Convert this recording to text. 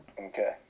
Okay